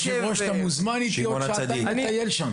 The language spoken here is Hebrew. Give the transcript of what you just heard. אז אתה מוזמן לבוא איתי לטייל שם